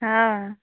हँ